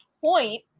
point